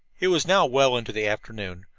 it was now well into the afternoon.